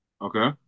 Okay